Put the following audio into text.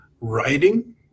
writing